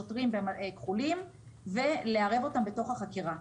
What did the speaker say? שוטרים כחולים ולערב אותם בתוך החקירה.